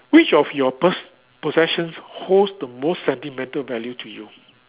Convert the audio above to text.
which of your pos~ possession holds the most sentimental value to you